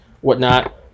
whatnot